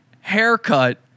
haircut